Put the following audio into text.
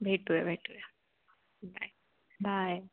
भेटूया भेटूया बाय